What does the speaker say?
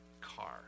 car